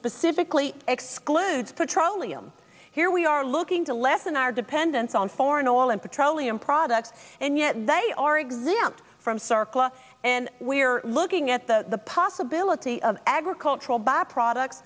specifically excludes petroleum here we are looking to lessen our dependence on foreign oil and petroleum products and yet they are exempt from surplus and we are looking at the possibility of agricultural byproducts